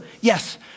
yes